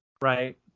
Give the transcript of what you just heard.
right